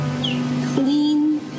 clean